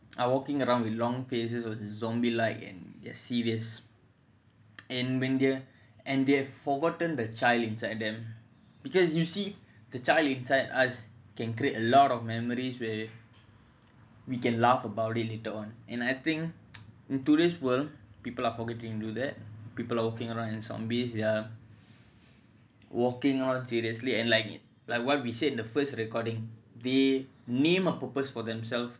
are walking around with long faces zombie like and dead serious and they've forgotten the child inside them cause you see the child inside us can create a lot of memories and we can laugh about it and I think in today's world people are forgetting to do that people are walking like zombies and like what we said in the first recording they name a purpose for themself